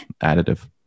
additive